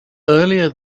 earlier